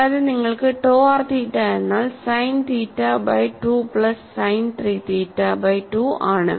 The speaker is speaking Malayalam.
കൂടാതെ നിങ്ങൾക്ക് ടോ ആർ തീറ്റ എന്നാൽ sine theta by 2 plus sine 3 theta by 2 ആണ്